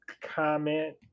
comment